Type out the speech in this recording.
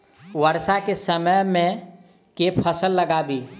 वर्षा केँ समय मे केँ फसल लगाबी?